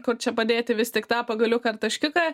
kur čia padėti vis tik tą pagaliuką ar taškiuką